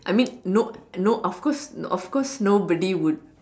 I mean no no of course of course nobody would